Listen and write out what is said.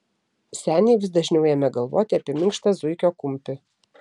seniai vis dažniau ėmė galvoti apie minkštą zuikio kumpį